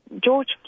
George